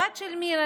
הבת של מירה,